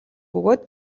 бөгөөд